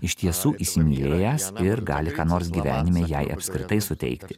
iš tiesų įsimylėjęs ir gali ką nors gyvenime jei apskritai suteikti